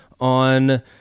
on